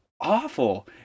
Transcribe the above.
awful